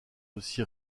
aussi